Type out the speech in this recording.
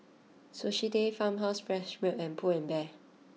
Sushi Tei Farmhouse Fresh Milk and Pull and Bear